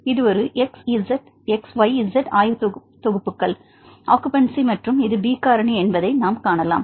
இது ஒரு xyz ஆயத்தொகுப்புகள் அக்குபன்ஸி மற்றும் இது B காரணி என்பதை நாம் காணலாம்